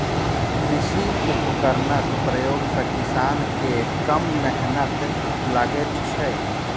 कृषि उपकरणक प्रयोग सॅ किसान के कम मेहनैत लगैत छै